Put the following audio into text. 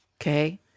okay